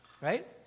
right